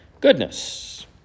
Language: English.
goodness